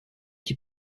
qui